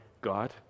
God